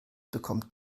bekommt